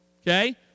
okay